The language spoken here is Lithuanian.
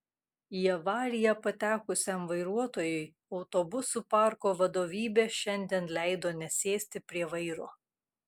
į avariją patekusiam vairuotojui autobusų parko vadovybė šiandien leido nesėsti prie vairo